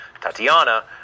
Tatiana